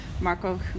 marco